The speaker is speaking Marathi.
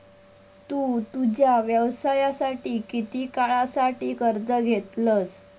तु तुझ्या व्यवसायासाठी किती काळासाठी कर्ज घेतलंस?